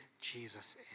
Jesus